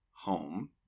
home